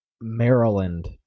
Maryland